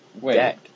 Wait